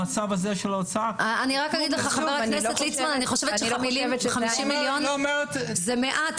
במצב הזה של האוצר --- אני חושבת ש-50 מיליון זה מעט.